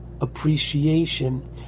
appreciation